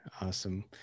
Awesome